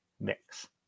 mix